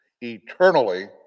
eternally